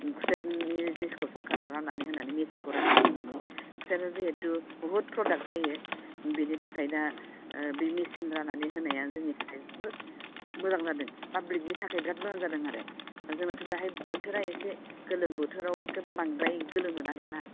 खुसेरनि जुइसखौ सोरखारा राननानै होनानै मेसिनखौ राननानै होनानै खुसेरा जिहेतु बहुद प्रडिउस जायो बेनि थाखायनो बै मेसिन राननानै होनाया जोंनि थाखाय जोबोद मोजां जादों पाब्लिकनि थाखाय जोबोद मोजां जादों आरो जोंहाथ' बेवहाय बोथोरा एसे गोलोम बोथोराव एथ'बां बांद्राय गोलोमोना दाना